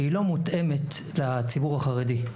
שהיא לא מותאמת לציבור החרדי.